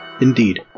Indeed